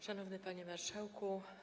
Szanowny Panie Marszałku!